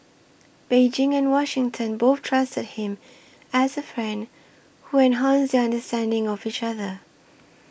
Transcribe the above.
Beijing and Washington both trusted him as a friend who enhanced their understanding of each other